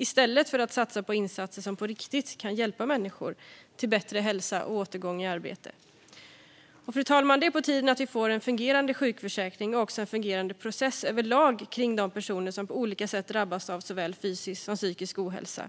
I stället hade man kunnat satsa på insatser som på riktigt kan hjälpa människor till bättre hälsa och återgång i arbete. Fru talman! Det är på tiden att vi får en fungerande sjukförsäkring och även en fungerande process överlag kring de personer som på olika sätt drabbas av såväl fysisk som psykisk ohälsa.